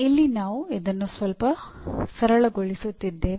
ಇಲ್ಲಿ ನಾವು ಇದನ್ನು ಸ್ವಲ್ಪ ಸರಳಗೊಳಿಸುತ್ತಿದ್ದೇವೆ